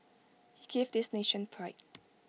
he gave this nation pride